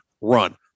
run